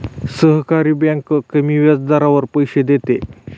सहकारी बँक कमी व्याजदरावर पैसे देते